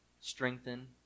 strengthen